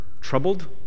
troubled